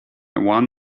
one